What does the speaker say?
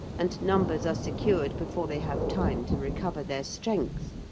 and numbers are secured before they have time to recover their strength.